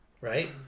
right